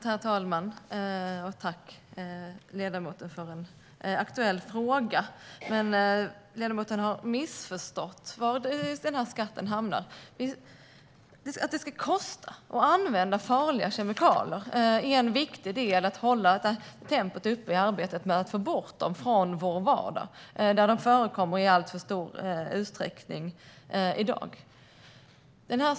Herr talman! Tack, ledamoten, för en aktuell fråga! Ledamoten har dock missförstått var skatten hamnar. Det ska kosta att använda farliga kemikalier. Det är en viktig del i att hålla tempot uppe i arbetet med att få bort dem från vår vardag, där de i dag förekommer i alltför stor utsträckning.